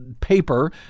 paper